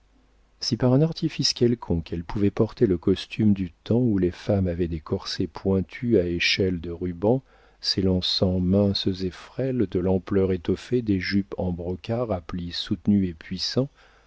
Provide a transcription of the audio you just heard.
si par un artifice quelconque elle pouvait porter le costume du temps où les femmes avaient des corsets pointus à échelles de rubans s'élançant minces et frêles de l'ampleur étoffée des jupes en brocart à plis soutenus et puissants